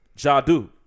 Jadu